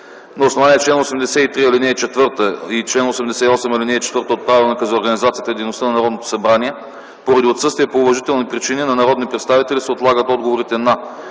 На основание чл. 83, ал. 4 и чл. 88, ал. 4 от Правилника за организацията и дейността на Народното събрание, поради отсъствие по уважителни причини на народни представители се отлагат отговорите на: